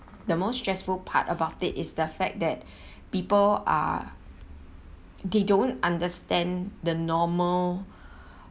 the most stressful part about it is the fact that people are they don't understand the normal